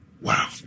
Wow